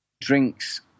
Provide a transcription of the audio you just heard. drinks